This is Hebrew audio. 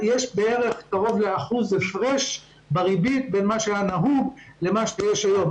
יש בערך 1% הפרש בריבית בין מה שהיה נהוג לבין מה שיש היום.